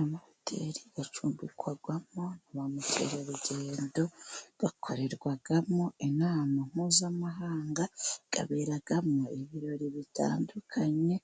Amahoteri acumbikwagamo na ba mukerarugendo, akorerwamo inama mpuzamahanga, aberamo ibirori bitandukanye,